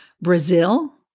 Brazil